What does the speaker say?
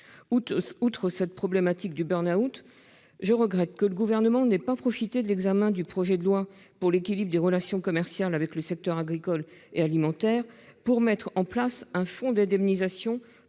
Outre cette problématique du burn-out, je regrette que le Gouvernement n'ait pas profité de l'examen du projet de loi pour l'équilibre des relations commerciales avec le secteur agricole et alimentaire pour mettre en place un fonds d'indemnisation